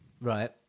Right